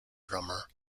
drummer